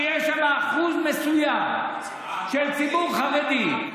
שיש שם אחוז מסוים של ציבור חרדי,